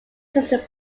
systems